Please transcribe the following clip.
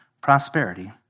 prosperity